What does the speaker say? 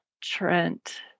Trent